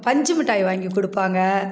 பஞ்சு முட்டாய் வாங்கி கொடுப்பாங்க